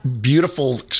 beautiful